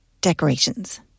Decorations